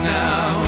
now